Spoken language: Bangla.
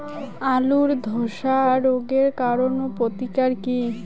আলুর ধসা রোগের কারণ ও প্রতিকার কি?